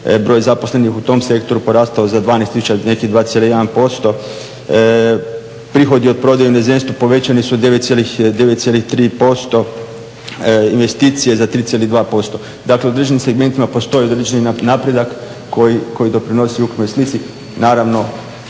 broj zaposlenih u tom sektoru porastao za 12 tisuća, nekih 2,1%. Prihodi od prodaje u inozemstvu povećani su 9,3%, investicije za 3,2%. Dakle, u određenim segmentima postoji određeni napredak koji doprinosi ukupnoj slici. Naravno,